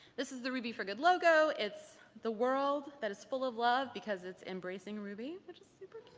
this is the ruby for good logo, it's the world that is full of love because it's embracing ruby, which is super